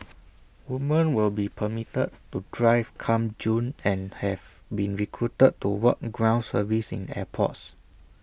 woman will be permitted to drive come June and have been recruited to work ground service in airports